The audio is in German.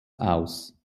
aus